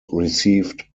received